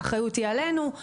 האחריות היא עלינו.